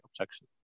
objection